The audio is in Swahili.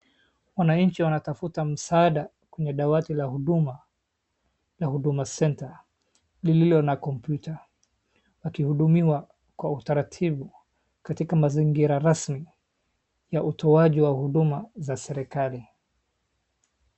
Wananchi wanatafuta msaada kwenye dawati la huduma la Huduma Center iliyo na kompyuta, wakihudumiwa kwa utaratibu katika mazingira rasmi ya utoaji wa huduma za serikali.